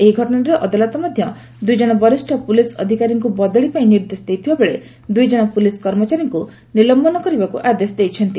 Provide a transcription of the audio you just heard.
ଏହି ଘଟଣାରେ ଅଦାଲତ ମଧ୍ୟ ଦୁଇ ଜଣ ବରିଷ ପୁଲିସ୍ ଅଧିକାରୀଙ୍କୁ ବଦଳି ପାଇଁ ନିର୍ଦ୍ଦେଶ ଦେଇଥିବାବେଳେ ଦୁଇ ଜଣ ପୁଲିସ୍ କର୍ମଚାରୀଙ୍କୁ ନିଲମ୍ବନ କରିବାକୁ ଆଦେଶ ଦେଇଛନ୍ତି